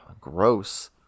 gross